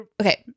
Okay